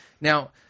Now